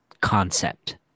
concept